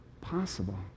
possible